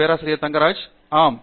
பேராசிரியர் ஆண்ட்ரூ தங்கராஜ் ஆம்